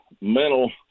mental